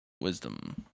wisdom